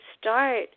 start